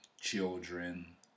children